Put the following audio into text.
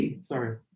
sorry